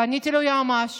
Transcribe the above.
פניתי ליועמ"ש